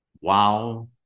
Wow